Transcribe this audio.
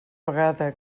vegada